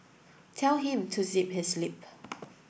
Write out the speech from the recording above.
tell him to zip his lip